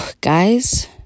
guys